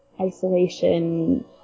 isolation